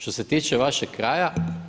Što se tiče vašeg kraja.